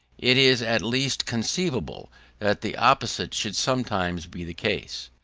it is at least conceivable that the opposite should sometimes be the case.